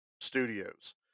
studios